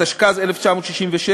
התשכ"ז 1967,